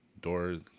Doors